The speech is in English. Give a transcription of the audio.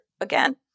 again